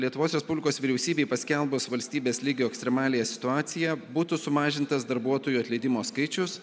lietuvos respublikos vyriausybei paskelbus valstybės lygio ekstremaliąją situaciją būtų sumažintas darbuotojų atleidimo skaičius